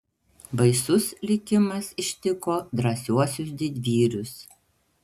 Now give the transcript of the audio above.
baisus likimas ištiko drąsiuosius didvyrius